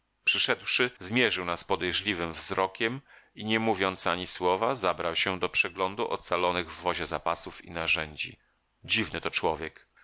śladem przyszedłszy zmierzył nas podejrzliwym wzrokiem i nie mówiąc ani słowa zabrał się do przeglądu ocalonych w wozie zapasów i narzędzi dziwny to człowiek